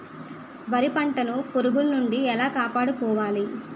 వరి పంటను పురుగుల నుండి ఎలా కాపాడుకోవాలి?